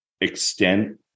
extent